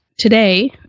Today